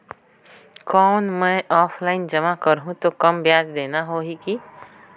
कौन मैं ऑफलाइन जमा करहूं तो कम ब्याज देना होही की?